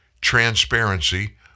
transparency